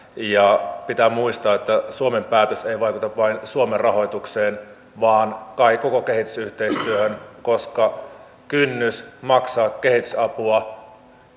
pitää muistaa että suomen päätös ei vaikuta vain suomen rahoitukseen vaan koko kehitysyhteistyöhön koska kynnys maksaa kehitysapua